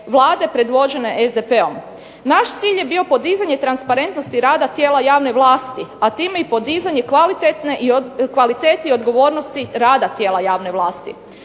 Vlade predvođene SDP-om. Naš cilj je bio podizanje transparentnosti rada tijela javne vlasti, a time i podizanje kvalitete i odgovornosti rada tijela javne vlasti.